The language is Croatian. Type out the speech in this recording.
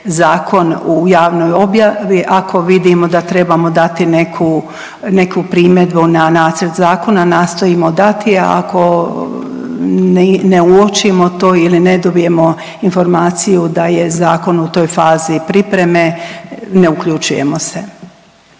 zakon u javnoj objavi ako vidimo da trebamo dati neku, neku primjedbu na nacrt zakona, nastojimo dati je, ako ne uočimo to ili ne dobijemo informaciju da je zakon u toj fazi pripreme ne uključujemo se.